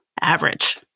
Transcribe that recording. average